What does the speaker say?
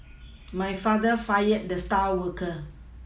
my father fired the star worker